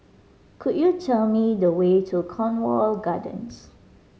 could you tell me the way to Cornwall Gardens